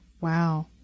Wow